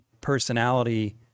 personality